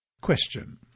question